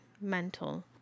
mental